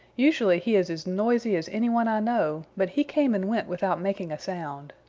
usually he is as noisy as any one i know, but he came and went without making a sound.